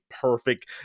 perfect